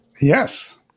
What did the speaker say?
Yes